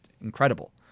incredible